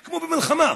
כמו במלחמה.